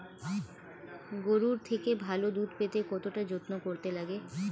গরুর থেকে ভালো দুধ পেতে কতটা যত্ন করতে লাগে